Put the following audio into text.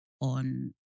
on